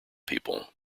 people